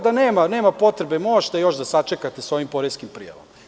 Da nema potrebe, da možete još da sačekate sa ovim poreskim prijavama.